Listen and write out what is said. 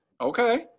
Okay